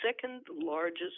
second-largest